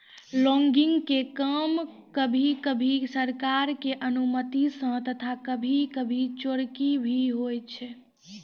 logging के काम कभी कभी सरकार के अनुमती सॅ तथा कभी कभी चोरकी भी होय छै